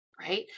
Right